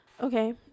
okay